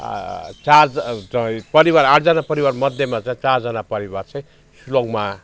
चार च यो परिवार आठजना परिवारमध्येमा चाहिँ चारजना परिवार चाहिँ शिलाङमा